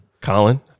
Colin